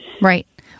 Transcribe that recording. Right